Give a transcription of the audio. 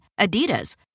Adidas